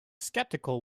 skeptical